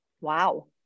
Wow